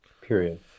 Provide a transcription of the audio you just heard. Period